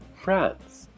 France